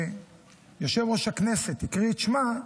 וכשיושב-ראש הכנסת הקריא את שמה,